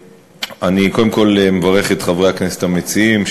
אני קודם כול מברך את חברי הכנסת המציעים,